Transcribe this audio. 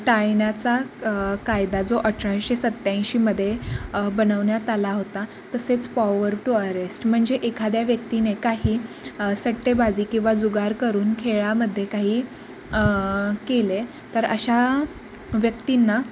टाळण्याचा कायदा जो अठराशे सत्त्याऐंशीमध्ये बनवण्यात आला होता तसेच पॉवर टू अरेस्ट म्हणजे एखाद्या व्यक्तीने काही सट्टेबाजी किंवा जुगार करून खेळामध्ये काही केले तर अशा व्यक्तींना